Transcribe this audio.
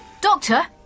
Doctor